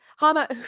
Hama